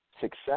success